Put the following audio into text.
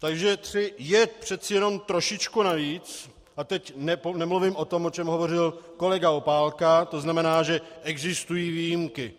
Takže tři je přece jenom trošičku navíc, a teď nemluvím o tom, o čem hovořil kolega Opálka, to znamená, že existují výjimky.